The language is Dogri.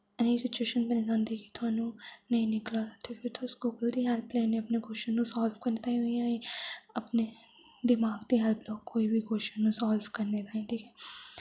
नेई सिचुएशन बी बंदे गी आंदी की थोआनु नेईं निकला दा ते फिर तुस गूगल दी हैल्प लैन्ने ओ अपने कुआशचन नु साल्व करने ताईं उ'आं इ'यां अपने दिमाग दी हैल्प लाओ कोई बी कुआशचन साल्व करने ताईं ठीक